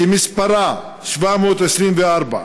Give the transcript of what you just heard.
מס' 724,